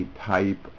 type